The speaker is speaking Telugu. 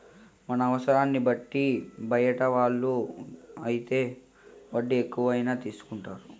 మన అవసరాన్ని బట్టి బయట వాళ్ళు అయితే వడ్డీ ఎక్కువైనా తీసుకుంటారు